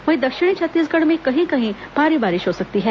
वहीं दक्षिणी छत्तीसगढ़ में कहीं कहीं भारी बारिश हो सकती है